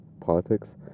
politics